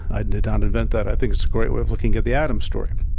i did ah not invent that. i think it's a great way of looking at the adam story.